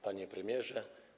Panie Premierze!